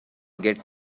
get